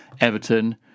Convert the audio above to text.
Everton